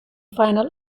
final